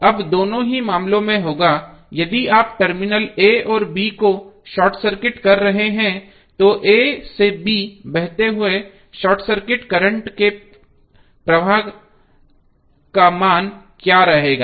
तो यह अब दोनों ही मामलों में होगा यदि आप टर्मिनल a और b को शॉर्ट सर्किट कर रहे हैंतो a से b बहते हुए शॉर्ट सर्किट करंट के प्रवाह का मान क्या रहेगा